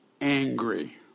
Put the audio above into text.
angry